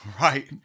Right